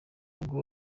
ubwo